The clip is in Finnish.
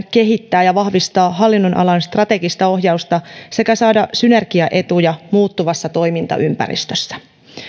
kehittää ja vahvistaa hallinnonalan strategista ohjausta sekä saada synergiaetuja muuttuvassa toimintaympäristössä